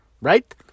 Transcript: Right